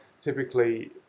typically